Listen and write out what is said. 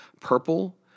purple